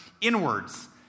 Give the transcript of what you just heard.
inwards